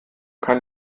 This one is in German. kann